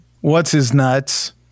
what's-his-nuts